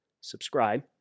subscribe